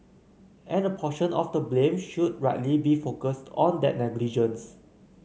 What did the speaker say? and a portion of the blame should rightly be focused on that negligence